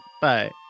Bye